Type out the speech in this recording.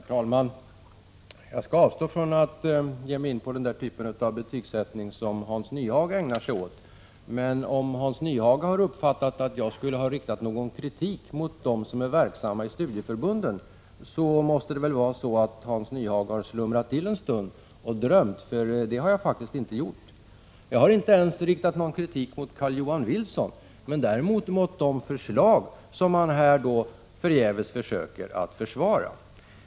Herr talman! Jag skall avstå från att ge mig in på den typ av betygsättning som Hans Nyhage ägnar sig åt. Om Hans Nyhage har uppfattat att jag skulle ha riktat någon kritik mot dem som är verksamma i studieförbunden måste det vara så att Hans Nyhage har slumrat till en stund och drömt, för det har jag faktiskt inte gjort. Jag har inte ens riktat någon kritik mot Carl-Johan Wilson, däremot mot de förslag som denne här förgäves försöker försvara.